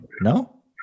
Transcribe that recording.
no